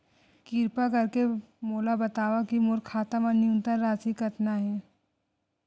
किरपा करके मोला बतावव कि मोर खाता मा न्यूनतम राशि कतना हे